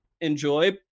enjoy